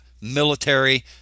military